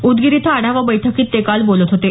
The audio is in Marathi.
उदगीर इथं आढावा बैठकीत ते काल बोलत होते